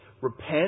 Repent